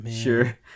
sure